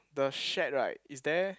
the shed right is there